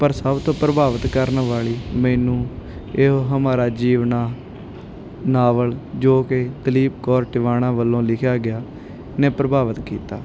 ਪਰ ਸਭ ਤੋਂ ਪ੍ਰਭਾਵਿਤ ਕਰਨ ਵਾਲੀ ਮੈਨੂੰ ਇਹੋ ਹਮਾਰਾ ਜੀਵਣਾ ਨਾਵਲ ਜੋ ਕਿ ਦਲੀਪ ਕੌਰ ਟਿਵਾਣਾ ਵੱਲੋਂ ਲਿਖਿਆ ਗਿਆ ਨੇ ਪ੍ਰਭਾਵਿਤ ਕੀਤਾ